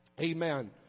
Amen